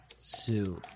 zoo